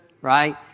right